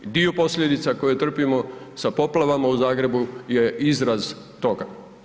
I dio posljedica koje trpimo sa poplavama u Zagrebu je izraz toga.